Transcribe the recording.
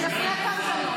אני אפריע כמה שאני רוצה.